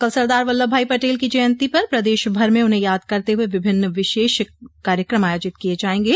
कल सरदार वल्लभ भाई पटेल की जयन्ती पर प्रदेश भर में उन्हें याद करते हुए विभिन्न विशेष कार्यक्रम आयोजित किये जायेंगे